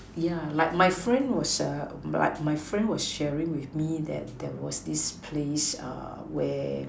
yeah like my friend was err like my friend was sharing with me that that there was this place err where